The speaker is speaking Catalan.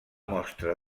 mostra